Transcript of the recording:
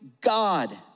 God